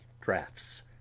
drafts